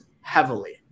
heavily